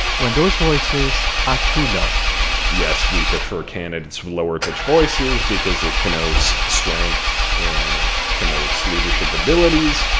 when those voices are too low yes, we prefer candidates with lower pitched voices because it connotes strength, and it connotes leadership abilities.